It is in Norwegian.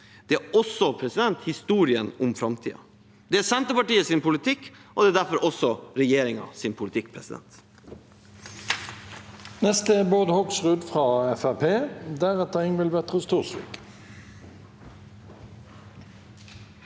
Det er også historien om framtiden. Det er Senterpartiets politikk, og det er derfor også regjeringens politikk. Bård